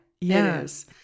Yes